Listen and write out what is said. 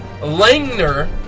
Langner